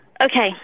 Okay